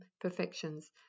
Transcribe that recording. perfections